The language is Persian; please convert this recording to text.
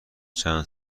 چند